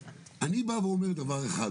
אני בא ואומר דבר אחד,